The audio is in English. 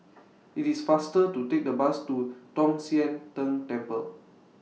IT IS faster to Take The Bus to Tong Sian Tng Temple